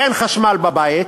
אין חשמל בבית.